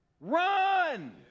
Run